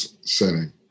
setting